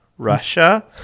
Russia